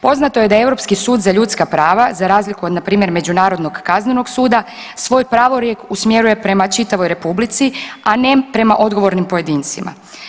Poznato je da je Europski sud za ljudska prava za razliku od na primjer Međunarodnog kaznenog suda svoj pravorijek usmjeruje prema čitavoj Republici, a ne prema odgovornim pojedincima.